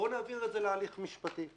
בוא נעביר את זה להליך משפטי.